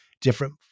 different